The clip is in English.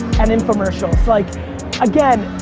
and informercials. like again,